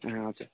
ए हजुर